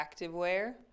Activewear